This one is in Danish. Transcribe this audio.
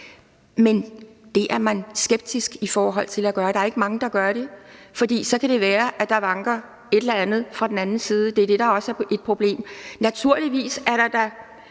Men det er man skeptisk i forhold til at gøre. Der er ikke mange, der gør det, for så kan det være, at der vanker et eller andet fra den anden side. Det er det, der også er et problem. Naturligvis er der da